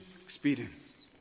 experience